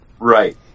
Right